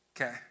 Okay